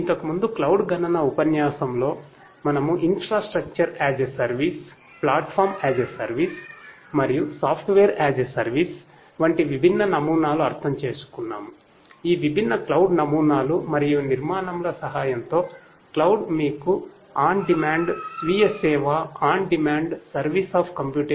కాబట్టి క్లౌడ్ వంటి విభిన్న నమూనాలు అర్థం చేసుకున్నమూ